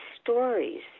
stories